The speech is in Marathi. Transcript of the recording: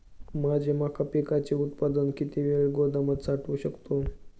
माझे मका पिकाचे उत्पादन किती वेळ गोदामात साठवू शकतो?